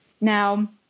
Now